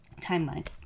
timeline